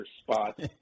spot